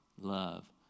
love